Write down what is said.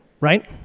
right